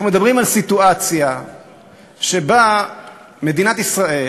אנחנו מדברים על סיטואציה שבה מדינת ישראל